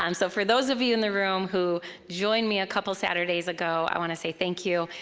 um so for those of you in the room who joined me a couple saturdays ago, i wanna say thank you.